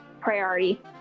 priority